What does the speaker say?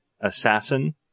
assassin